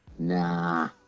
Nah